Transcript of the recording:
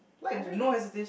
I don't know